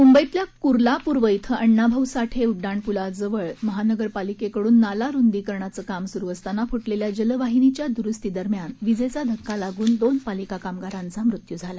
मुंबईतल्या कुर्ला पूर्व इथं आण्णाभाऊ साठे उड्डाण पूलाजवळ महानगरपालिकाकडून नाला रूदीकरणाचे काम सुरू असताना फुटलेल्या जलवाहिनीच्या दुरूस्तीदरम्यान विजेचा धक्का लागून दोन पालिका कामगारांचा मृत्यू झाला